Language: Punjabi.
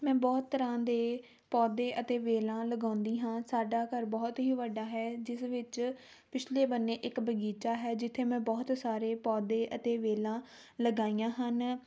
ਮੈਂ ਬਹੁਤ ਤਰ੍ਹਾਂ ਦੇ ਪੌਦੇ ਅਤੇ ਵੇਲਾਂ ਲਗਾਉਂਦੀ ਹਾਂ ਸਾਡਾ ਘਰ ਬਹੁਤ ਹੀ ਵੱਡਾ ਹੈ ਜਿਸ ਵਿੱਚ ਪਿਛਲੇ ਬੰਨੇ ਇੱਕ ਬਗੀਚਾ ਹੈ ਜਿੱਥੇ ਮੈਂ ਬਹੁਤ ਸਾਰੇ ਪੌਦੇ ਅਤੇ ਵੇਲਾਂ ਲਗਾਈਆਂ ਹਨ